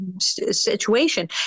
situation